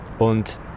Und